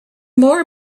more